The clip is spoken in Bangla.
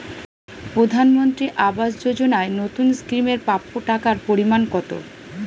প্রধানমন্ত্রী আবাস যোজনায় নতুন স্কিম এর প্রাপ্য টাকার পরিমান কত?